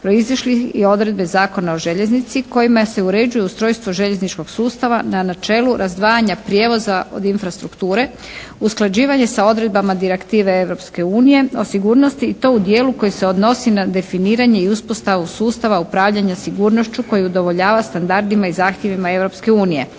proizišlih iz odredbe Zakona o željeznici kojima se uređuje ustrojstvo željezničkog sustava na načelu razdvajanja prijevoza od infrastrukture, usklađivanje sa odredbama direktive Europske unije o sigurnosti i to u dijelu koji se odnosi na definiranje i uspostavu sustava upravljanja sigurnošću koji udovoljava standardima i zahtjevima